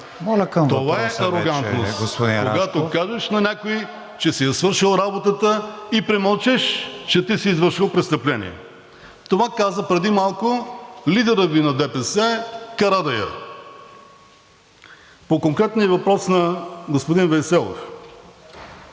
Това е арогантност – когато кажеш на някого, че си е свършил работата и премълчиш, че ти си извършил престъпление. Това каза преди малко лидерът на ДПС Карадайъ. По конкретния въпрос на господин Вейселов.